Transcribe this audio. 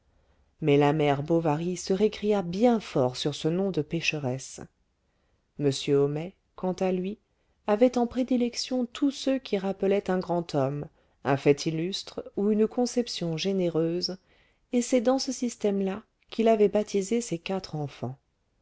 mais la mère bovary se récria bien fort sur ce nom de pécheresse m homais quant à lui avait en prédilection tous ceux qui rappelaient un grand homme un fait illustre ou une conception généreuse et c'est dans ce système-là qu'il avait baptisé ses quatre enfants